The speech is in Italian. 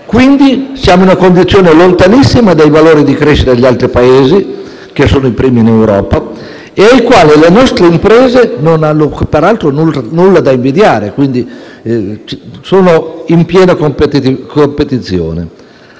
Quindi, siamo in una condizione lontanissima dai valori di crescita dei Paesi che sono i primi in Europa e a cui le nostre imprese non hanno peraltro nulla da invidiare e con cui sono in piena competizione.